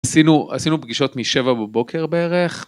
עשינו עשינו פגישות משבע בבוקר בערך.